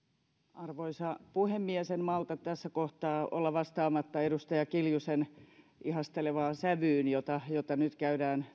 arvoisa puhemies en malta tässä kohtaa olla vastaamatta edustaja kiljusen ihastelevaan sävyyn tässä keskustelussa jota nyt käydään